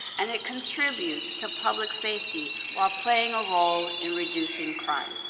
and it contributes to public safety while playing a role in reducing crime.